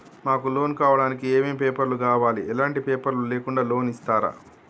మాకు లోన్ కావడానికి ఏమేం పేపర్లు కావాలి ఎలాంటి పేపర్లు లేకుండా లోన్ ఇస్తరా?